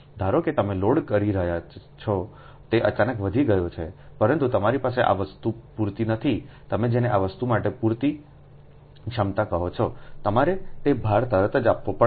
ધારો કે તમે લોડ કરી રહ્યા છો તે અચાનક વધી ગયો છે પરંતુ તમારી પાસે આ વસ્તુ પૂરતી નથી તમે જેને આ વસ્તુ માટે પૂરતી ક્ષમતા કહો છો તમારે તે ભાર તરત જ આપવો પડશે